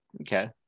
Okay